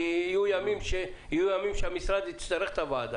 כי יהיו ימים שהמשרד יצטרך את הוועדה.